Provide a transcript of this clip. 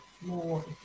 more